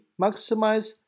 maximize